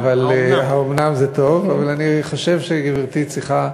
"האומנם" זה טוב, אבל אני חושב שגברתי צריכה,